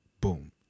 boom